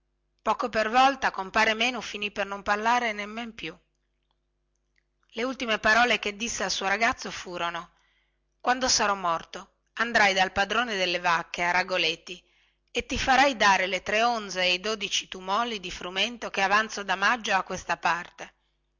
poco per volta compare menu finì per non parlare nemmen più le ultime parole che disse al suo ragazzo furono quando sarò morto andrai dal padrone delle vacche a ragoleti e ti farai dare le tre onze e i dodici tumoli di frumento che avanzo da maggio a questa parte